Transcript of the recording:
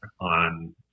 on